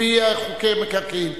לפי חוקי מקרקעין.